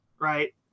right